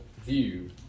view